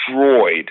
destroyed